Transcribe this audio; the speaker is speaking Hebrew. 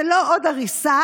זו לא עוד הריסה,